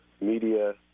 media